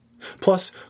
Plus